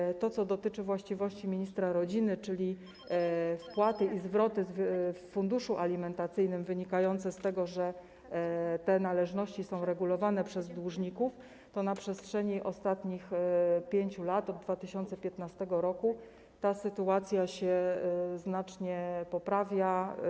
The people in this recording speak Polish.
Jeśli chodzi o to, co dotyczy właściwości ministra rodziny, czyli wkłady i zwroty w funduszu alimentacyjnym wynikające z tego, że te należności są regulowane przez dłużników, to na przestrzeni ostatnich 5 lat, od 2015 r., ta sytuacja się znacznie poprawia.